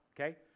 okay